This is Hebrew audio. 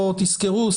תזכרו,